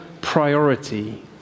priority